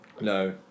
No